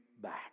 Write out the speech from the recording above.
back